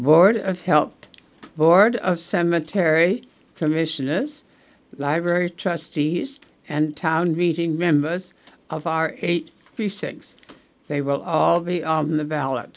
board of health board of cemetery commissioners library trustees and town meeting members of our eight precincts they will all be on the ballot